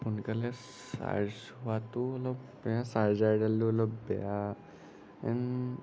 সোনকালে ছাৰ্জ হোৱাটোও অলপ বেয়া ছাৰ্জাৰডালো অলপ বেয়া এণ্ড